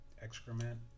excrement